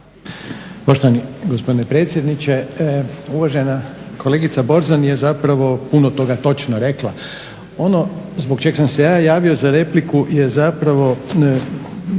Poštovani gospodine predsjedniče. Uvažena kolegica Borzan je zapravo puno toga točno rekla. Ono zbog čeg sam se ja javio za repliku je zapravo